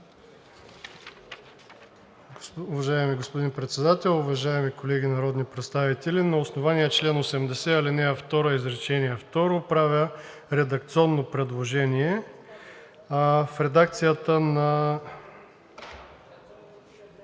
Уважаеми господин Председател, уважаеми колеги народни представители! На основание чл. 80, ал. 2, изречение второ правя редакционно предложение. В редакцията на